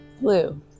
blue